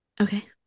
Okay